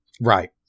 right